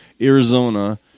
Arizona